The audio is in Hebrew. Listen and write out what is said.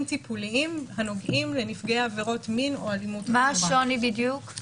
טיפוליים הנוגעים לנפגעי עבירות מין או אלימות --- מה השוני בדיוק?